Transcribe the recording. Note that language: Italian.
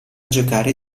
giocare